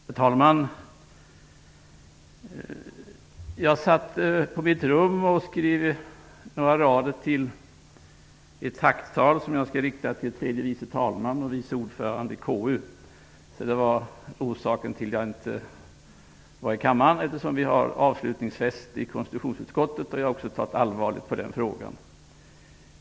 Herr talman! Jag satt på mitt rum och skrev några rader på ett tacktal som jag skall rikta till tredje vice talmannen och vice ordföranden i KU. Det var orsaken till att jag inte var i kammaren. Vi skall ha avslutningsfest i konstitutionsutskottet, och jag tar allvarligt också på den frågan.